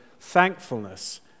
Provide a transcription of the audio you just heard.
thankfulness